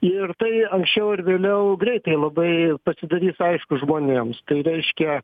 ir tai anksčiau ar vėliau greitai labai pasidarys aišku žmonėms tai reiškia